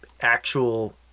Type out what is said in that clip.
actual